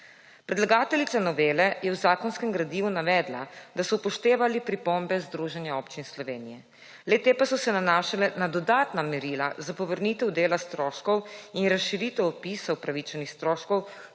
Predlagateljica novele je v zakonskem gradivu navedla, da so upoštevali pripombe Združenja občin Slovenije. Le te pa so se nanašala na dodatna merila za povrnitev dela stroškov in razširitev opisov upravičenih stroškov